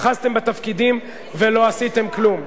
אחזתם בתפקידים ולא עשיתם כלום.